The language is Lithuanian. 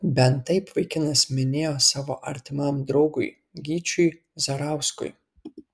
bent taip vaikinas minėjo savo artimam draugui gyčiui zarauskui